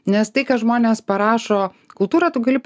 nes tai ką žmonės parašo kultūrą tu gali